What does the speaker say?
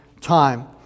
time